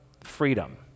freedom